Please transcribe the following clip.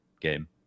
game